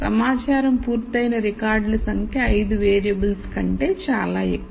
సమాచారం పూర్తయిన రికార్డుల సంఖ్య 5 వేరియబుల్స్ కంటే చాలా ఎక్కువ